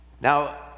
Now